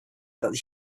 that